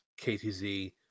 ktz